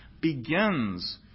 begins